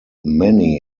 many